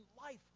life